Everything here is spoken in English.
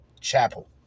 Chapel